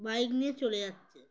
bike নিয়ে চলে যাচ্ছে